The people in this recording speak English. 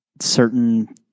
certain